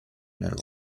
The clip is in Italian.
nello